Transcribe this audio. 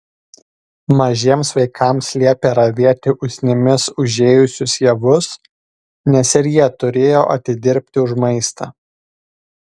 mažiems vaikams liepė ravėti usnimis užėjusius javus nes ir jie turėjo atidirbti už maistą